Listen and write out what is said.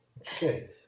okay